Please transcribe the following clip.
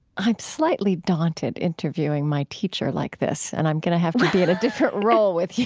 i'm slightly daunted, interviewing my teacher like this, and i'm gonna have to be in a different role with you.